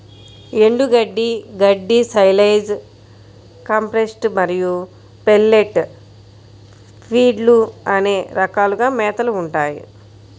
ఎండుగడ్డి, గడ్డి, silage, compressed మరియు పెల్లెట్ ఫీడ్లు అనే రకాలుగా మేతలు ఉంటాయి